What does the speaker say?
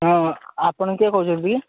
ହଁ ଆପଣ କିଏ କହୁଛନ୍ତି